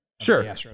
Sure